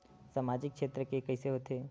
सामजिक क्षेत्र के कइसे होथे?